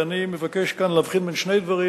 ואני מבקש כאן להבחין בין שני דברים,